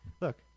look